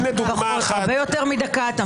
אתה מדבר הרבה יותר מדקה.